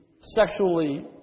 sexually